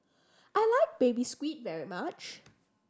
I like Baby Squid very much